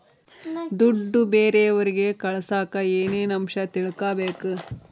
ದುಡ್ಡು ಬೇರೆಯವರಿಗೆ ಕಳಸಾಕ ಏನೇನು ಅಂಶ ತಿಳಕಬೇಕು?